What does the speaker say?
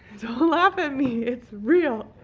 don't laugh at me it's real.